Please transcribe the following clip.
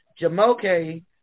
jamoke